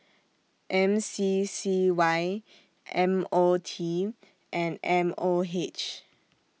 M C C Y M O T and M O H